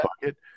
pocket